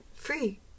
Free